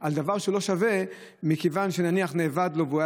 על דבר שלא שווה מכיוון שנניח אבד לו,